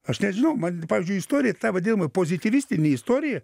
aš nežinau man pavyzdžiui istorija ta vadinamoji pozityvistinė istorija